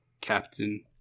Captain